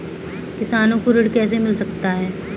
किसानों को ऋण कैसे मिल सकता है?